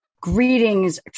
greetings